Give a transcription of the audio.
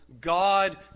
God